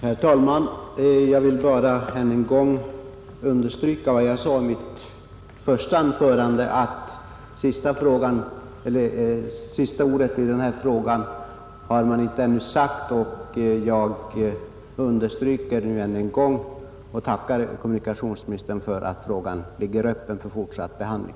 Herr talman! Jag vill bara ytterligare en gång understryka vad jag framhöll i mitt första anförande, att jag drar slutsatsen av svaret att sista ordet ännu inte sagts i denna fråga, och jag tackar kommunikationsministern för att frågan ligger öppen för fortsatt behandling.